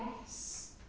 yes